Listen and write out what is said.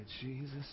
Jesus